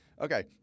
Okay